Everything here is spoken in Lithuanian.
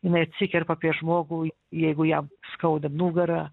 jinai atsikerpa apie žmogų jeigu jam skauda nugarą